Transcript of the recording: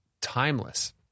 timeless